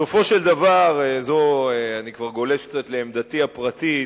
בסופו של דבר, אני כבר גולש קצת לעמדתי הפרטית,